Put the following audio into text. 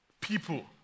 people